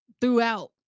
throughout